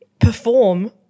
perform